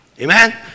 Amen